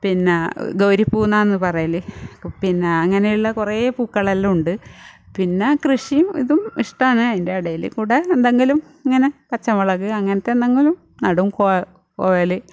പിന്നെ ഗൗരി പൂ എന്നാണ് പറയൽ പിന്ന അങ്ങനെയുള്ള കുറേ പൂക്കളെല്ലാം ഉണ്ട് പിന്നെ കൃഷിയും ഇതും ഇഷ്ടമാണ് അതിന്റെ ഇടയിൽ കൂടെ എന്തെങ്കിലും ഇങ്ങനെ പച്ചമുളക് അങ്ങനത്തെ എന്തെങ്കിലും നടും കൊഴ കുഴൽ